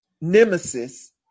nemesis